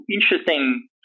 interesting